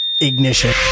Ignition